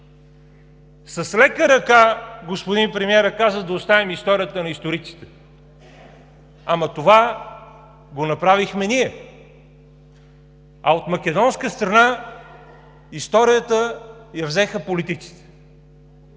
С лека ръка господин премиерът каза да оставим историята на историците, ама това го направихме ние, а от македонска страна историята я взеха политиците.